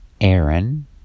Aaron